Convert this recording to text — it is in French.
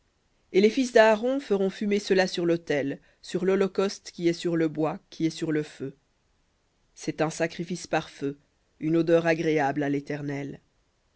et les fils d'aaron feront fumer cela sur l'autel sur l'holocauste qui est sur le bois qui est sur le feu un sacrifice par feu une odeur agréable à l'éternel